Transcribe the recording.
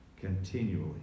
continually